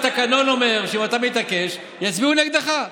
התקנון אומר שאם אתה מתעקש, יצביעו נגדך,